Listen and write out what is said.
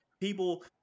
people